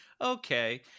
Okay